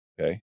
okay